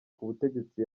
k’ubutegetsi